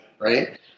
right